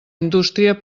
indústria